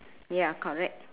ya correct